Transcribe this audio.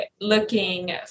looking